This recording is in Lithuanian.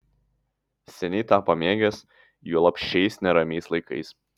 seniai tą pamėgęs juolab šiais neramiais laikais